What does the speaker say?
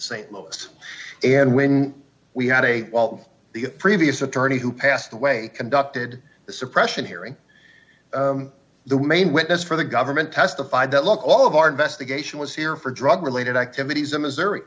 st louis and when we had a well the previous attorney who passed away conducted the suppression hearing the main witness for the government testified that look all of our investigation was here for drug related activities in missouri